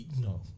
No